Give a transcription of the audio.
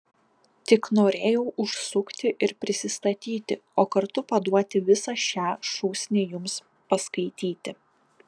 tik norėjau užsukti ir prisistatyti o kartu paduoti visą šią šūsnį jums paskaityti